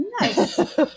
Nice